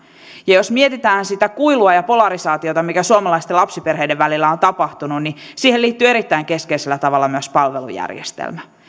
ja jos mietitään sitä kuilua ja polarisaatiota mikä suomalaisten lapsiperheiden välillä on tapahtunut niin siihen liittyy erittäin keskeisellä tavalla myös palvelujärjestelmä